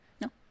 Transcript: No